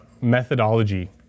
methodology